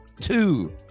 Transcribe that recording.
two